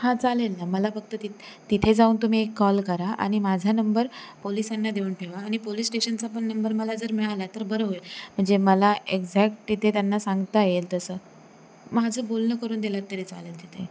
हां चालेल ना मला फक्त तित तिथे जाऊन तुम्ही एक कॉल करा आणि माझा नंबर पोलिसांना देऊन ठेवा आणि पोलीस स्टेशनचा पण नंबर मला जर मिळाला तर बरं होईल म्हणजे मला एक्झॅक्ट तिथे त्यांना सांगता येईल तसं माझं बोलणं करून दिलंत तरी चालेल तिथे